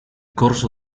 corso